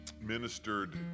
ministered